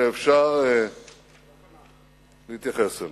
שאפשר להתייחס אליה.